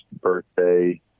birthday